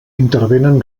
intervenen